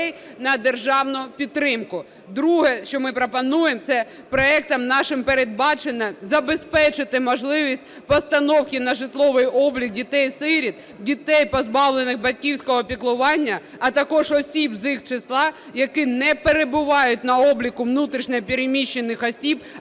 Друге, що ми пропонуємо, це проектом нашим передбачено: забезпечити можливість постановки на житловий облік дітей-сиріт, дітей, позбавлених батьківського піклування, а також осіб з їх числа, які не перебувають на обліку внутрішньо переміщених осіб,